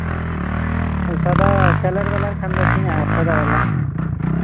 ᱯᱚᱭᱥᱟ ᱫᱚ ᱠᱟᱞᱟᱨ ᱵᱟᱞᱟ ᱠᱷᱟᱱ ᱫᱚ ᱛᱤᱱᱟᱹᱜ ᱟᱨ ᱥᱟᱫᱟ ᱵᱟᱞᱟ